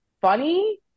funny